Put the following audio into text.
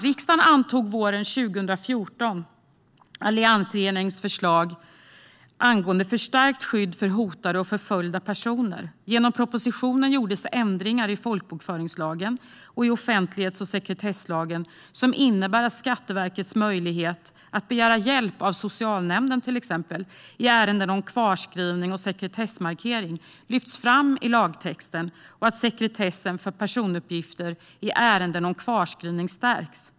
Riksdagen antog våren 2014 alliansregeringens förslag angående ett förstärkt skydd för hotade och förföljda personer. Genom propositionen gjordes ändringar i folkbokföringslagen och i offentlighets och sekretesslagen, som innebär att Skatteverkets möjlighet att begära hjälp av till exempel socialnämnden i ärenden om kvarskrivning och sekretessmarkering lyfts fram i lagtexten och att sekretessen för personuppgifter i ärenden om kvarskrivning stärks.